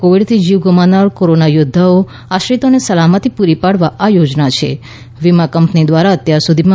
કોવીડથી જીવ ગુમાવનારા કોરોના યોદ્વાઓના આશ્રિતોને સલામતી પૂરી પાડવા આ યોજના છે વીમા કંપની દ્વારા અત્યાર સુધીમાં